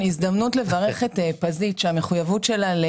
גם 5,000 השקלים האלה לא מוציאים מהעוני.